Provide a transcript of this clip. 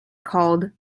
called